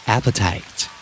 Appetite